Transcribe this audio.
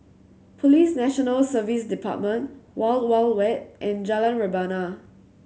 Police National Service Department Wild Wild Wet and Jalan Rebana